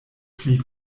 pli